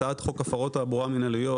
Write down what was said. הצעת חוק הפרות תעבורה מינהליות,